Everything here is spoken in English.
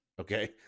Okay